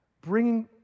bringing